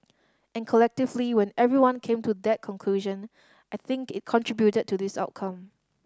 and collectively when everyone came to that conclusion I think it contributed to this outcome